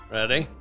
Ready